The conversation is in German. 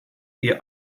ihr